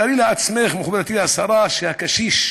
תארי לעצמך, מכובדתי השרה, שהקשיש